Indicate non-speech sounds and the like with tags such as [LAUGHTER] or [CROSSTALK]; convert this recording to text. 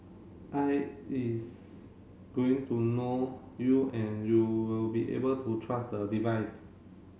[UNINTELLIGIBLE] is going to know you and you will be able to trust the device